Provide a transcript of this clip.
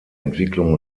entwicklung